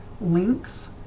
links